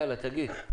יאללה תגיד.